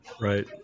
Right